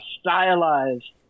stylized